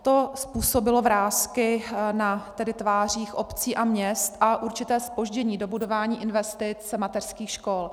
To způsobilo vrásky na tvářích obcí a měst a určité zpoždění dobudování investic mateřských škol.